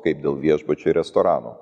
kaip dėl viešbučių ir restoranų